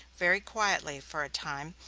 very quietly, for a time,